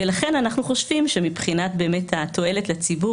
לכן אנחנו חושבים שמבחינת התועלת לציבור